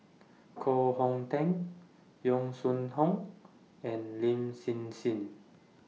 Koh Hong Teng Yong Sun Hoong and Lin Hsin Hsin